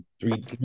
three